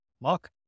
Mark